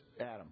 Adam